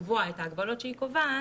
לקבוע את ההגבלות שהיא קובעת